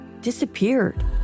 disappeared